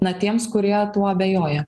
na tiems kurie tuo abejoja